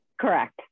Correct